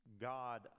God